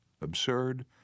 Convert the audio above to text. Absurd